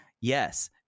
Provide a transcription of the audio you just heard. Yes